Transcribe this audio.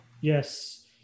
Yes